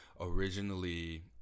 originally